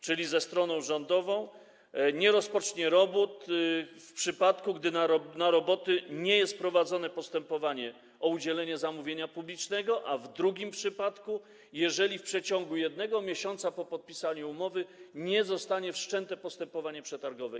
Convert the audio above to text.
czyli ze stroną rządową, nie rozpocznie robót, w przypadku gdy odnośnie do robót nie jest prowadzone postępowanie o udzielenie zamówienia publicznego, a w drugim przypadku - jeżeli w przeciągu 1 miesiąca po podpisaniu umowy nie zostanie wszczęte postępowanie przetargowe.